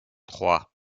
trois